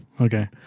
Okay